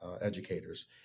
educators